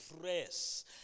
press